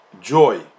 joy